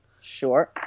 sure